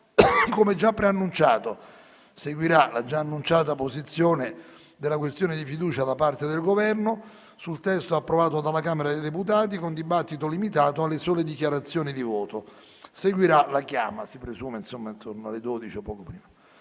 Come già preannunciato, seguirà la già annunciata posizione della questione di fiducia da parte del Governo sul testo approvato dalla Camera dei deputati, con dibattito limitato alle sole dichiarazioni di voto. Seguirà la chiama, presumibilmente intorno alle ore 12.